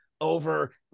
over